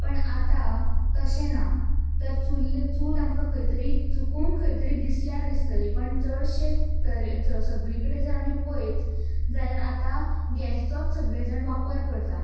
पण आतां तशें ना तर चुल्ल चूल आमकां खंय तरी चुकून खंय तरी दिसल्यार दिसतली पूण चडशे तरे सगळें कडेन जर आमी पळयत जाल्यार आतां गैसचोच सगळे जाण वापर करतात